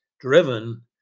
driven